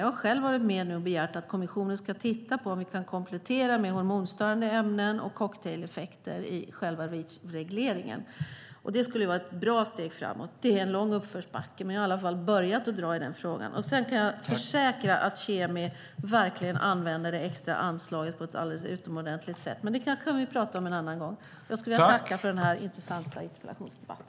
Jag har själv varit med och begärt att kommissionen ska titta på om vi kan komplettera med hormonstörande ämnen och cocktaileffekter i själva Reachregleringen. Det skulle vara ett bra steg framåt. Det är en lång uppförsbacke, men jag har i alla fall börjat dra i frågan. Sedan kan jag försäkra att KemI verkligen använder det extra anslaget på ett alldeles utomordentligt sätt, men det kan vi prata om en annan gång. Jag skulle vilja tacka för denna intressanta interpellationsdebatt.